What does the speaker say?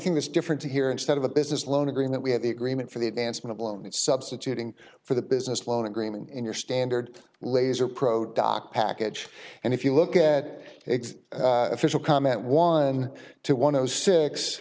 thing that's different to here instead of a business loan agreement we have the agreement for the advancement loan and substituting for the business loan agreement in your standard laser pro doc package and if you look at its official comment one to one of those six